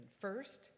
First